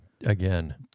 Again